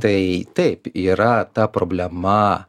tai taip yra ta problema